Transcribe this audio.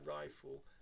rifle